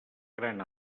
gran